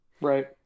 Right